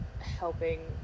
helping